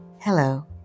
Hello